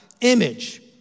image